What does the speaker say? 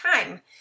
time